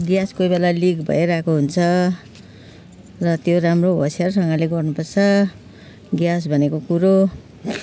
gas कोही बेला leak भइरहेको हुन्छ ल त्यो राम्रो होसियारसँगले गर्नु पर्छ ग्यास भनेको कुरो